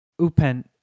Upen